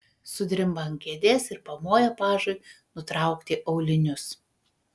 sudrimba ant kėdės ir pamoja pažui nutraukti aulinius